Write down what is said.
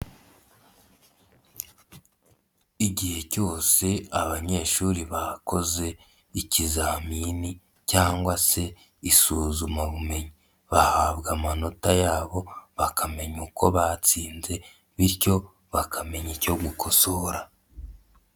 Igihe cyose abanyeshuri bakoze ikizamini cyangwa se isuzumabumenyi, bahabwa amanota yabo bakamenya uko batsinze bityo bakamenya icyo gukosora.